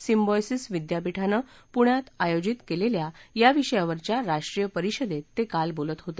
Symbiosis विद्यापीठानं पुण्यात आयोजित केलेल्या या विषयावरच्या राष्ट्रीय परिषदेत ते काल बोलत होते